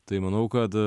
tai manau kad